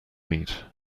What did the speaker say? meat